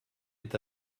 est